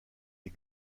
est